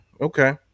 Okay